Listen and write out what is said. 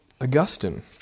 Augustine